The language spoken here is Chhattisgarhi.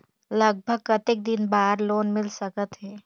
लगभग कतेक दिन बार लोन मिल सकत हे?